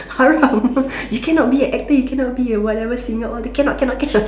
haram you cannot be an actor you cannot be a whatever singer all cannot cannot cannot